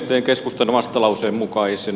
teen keskustan vastalauseen mukaisen